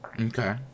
okay